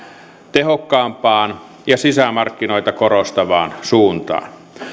tehokkaampaan ja sisämarkkinoita korostavaan suuntaan